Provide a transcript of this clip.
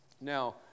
Now